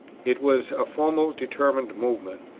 it was a formal, determinate movement.